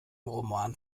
roman